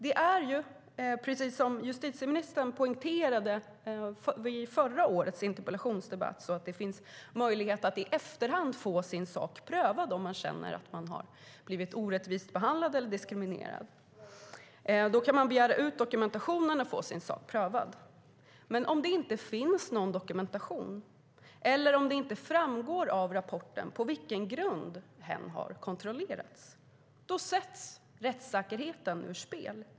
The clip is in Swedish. Det finns ju, precis som justitieministern poängterade i förra årets interpellationsdebatt, möjlighet att få sin sak prövad i efterhand om man känner att man har blivit orättvist behandlad eller diskriminerad. Då kan man begära ut dokumentationen och få sin sak prövad. Men om det inte finns någon dokumentation eller om det inte framgår av rapporten på vilken grund man har kontrollerats sätts rättssäkerheten ur spel.